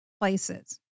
Places